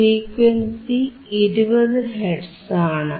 frequency 20 hertz ആണ്